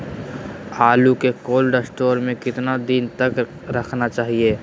आलू को cold store में कितना दिन तक रखना चाहिए?